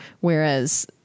Whereas